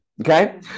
Okay